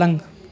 पलंग